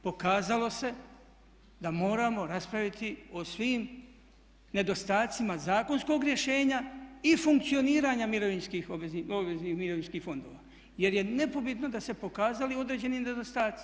Pokazalo se da moramo raspraviti o svim nedostacima zakonskog rješenja i funkcioniranja obveznih mirovinskih fondova, jer je nepobitno da su se pokazali određeni nedostatci.